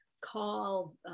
call